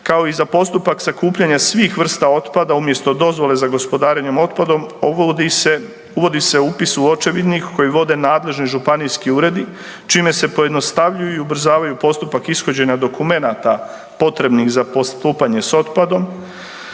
kao i za postupak sakupljanja svih vrsta otpada umjesto dozvole za gospodarenje otpadom uvodi se upis u očevidnik koji vode nadležni županijski uredi čime se pojednostavljaju i ubrzavaju postupak ishođenja dokumenata potrebnih za postupanje s otpadom,